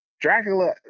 Dracula